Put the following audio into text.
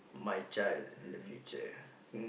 my child in the future